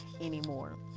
anymore